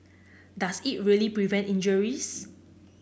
does it really prevent injuries